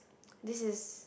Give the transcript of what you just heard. this is